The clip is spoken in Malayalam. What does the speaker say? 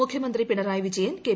മുഖ്യമന്ത്രി പിണറായി പ്പീജ്യൻ കെ